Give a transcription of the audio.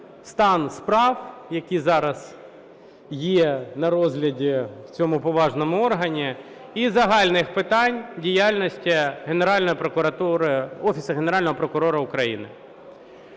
стан справ, які зараз є на розгляді в цьому поважному органі, і з загальних питань діяльності Генеральної прокуратури,